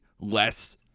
less